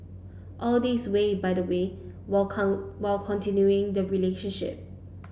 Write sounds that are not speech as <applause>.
all this way by the way while <unintelligible> while continuing the relationship